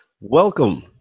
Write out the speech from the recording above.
Welcome